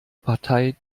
partei